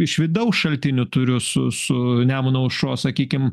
iš vidaus šaltinių turiu su su nemuno aušros sakykim